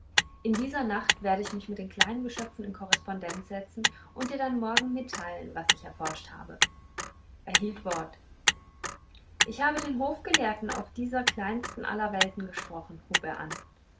in dieser nacht werde ich mich mit den kleinen geschöpfen in korrespondenz setzen und dir dann morgen mitteilen was ich erforscht habe er hielt wort ich habe den hofgelehrten auf dieser kleinsten aller welten gesprochen hub er an